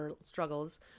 struggles